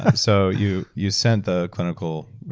ah so you you sent the clinical.